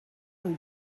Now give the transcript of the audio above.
rue